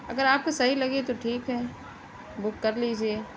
اگر آپ کو صحیح لگے تو ٹھیک ہے بک کر لیجیے